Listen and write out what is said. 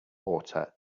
water